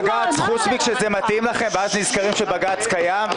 שנכנסים בבג"ץ מלבד כשזה מתאים לכם ואז נזכרים שבג"ץ קיים?